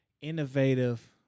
innovative